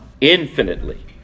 Infinitely